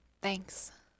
thanks